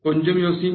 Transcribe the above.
கொஞ்சம் யோசிங்க